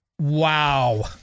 Wow